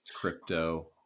crypto